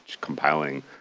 compiling